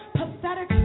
pathetic